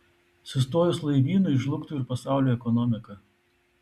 sustojus laivynui žlugtų ir pasaulio ekonomika